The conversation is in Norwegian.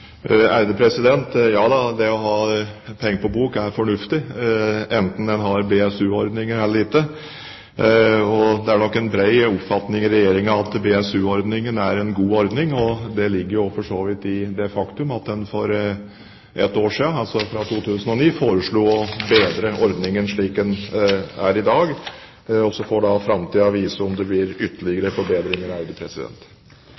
det å ha «peng på bok» er fornuftig – enten en har BSU-ordning eller ikke. Det er nok en bred oppfatning i Regjeringen at BSU-ordningen er en god ordning, og det ligger for så vidt i det faktum at en for ett år siden, altså fra 2009, foreslo å bedre ordningen slik den er i dag. Så får framtiden vise om det blir